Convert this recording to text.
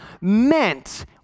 meant